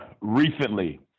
recently